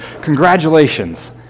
Congratulations